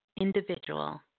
individual